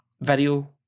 video